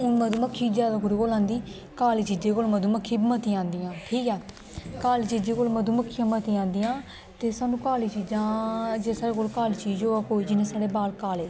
हून मधुमक्खी गी जंदू मधुमेह लांदी काली चीजा कोल मधुमक्खी काली चिजां कोल मधुमक्खियां मतिया आंदिया ते सानू काली चीजां जे साढ़े कोल काली चीज होऐ कोई जियां साढ़े बाल काले